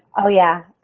oh yeah.